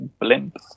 blimp